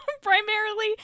primarily